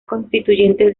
constituyentes